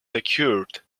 secured